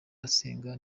asenga